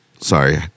Sorry